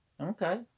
Okay